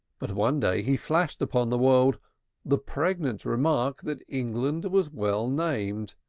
but one day he flashed upon the world the pregnant remark that england was well named,